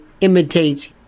imitates